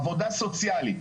עבודה סוציאלית,